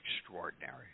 extraordinary